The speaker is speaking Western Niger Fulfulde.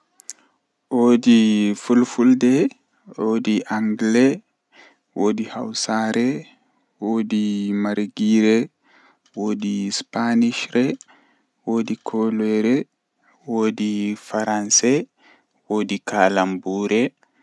Tomi hebi siwtaare jei asaweerekomi burtaa wadugo kam mi siwtan mi waala mi daanotomi fini fajjira baawo mi juuliu mi nyaami mi wurtan yaasi mi tefa sobiraabe am be wara ko mi jooda mi hiira be mabbe to jemma wadi mi warta mi daano mi siwtina yonki am.